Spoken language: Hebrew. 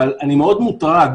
אבל אני מאוד מוטרד,